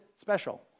special